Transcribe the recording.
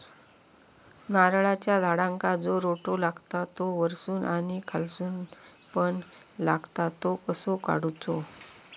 नारळाच्या झाडांका जो रोटो लागता तो वर्सून आणि खालसून पण लागता तो कसो काडूचो?